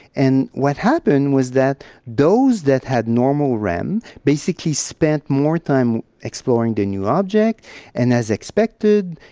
and what happened was that those that had normal rem basically spent more time exploring the new object and, as expected,